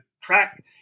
track